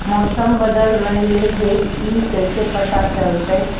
मौसम बदल रहले हे इ कैसे पता चलतै?